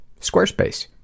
Squarespace